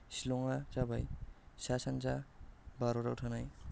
शिलङा जाबाय सा सानजा भारताव थानाय